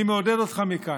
אני מעודד אותך מכאן: